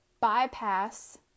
bypass